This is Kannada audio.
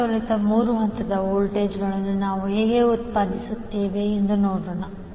ಸಮತೋಲನ 3 ಹಂತದ ವೋಲ್ಟೇಜ್ಗಳನ್ನು ನಾವು ಹೇಗೆ ಉತ್ಪಾದಿಸುತ್ತೇವೆ ಎಂದು ನೋಡೋಣ